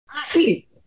Sweet